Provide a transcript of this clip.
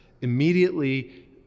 immediately